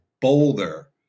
Boulder